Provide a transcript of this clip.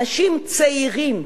אנשים צעירים,